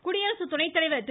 குடியரசு துணைத்தலைவர் திரு